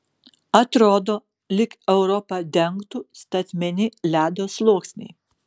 atrodo lyg europą dengtų statmeni ledo sluoksniai